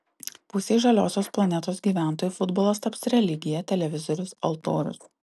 pusei žaliosios planetos gyventojų futbolas taps religija televizorius altorius